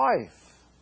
life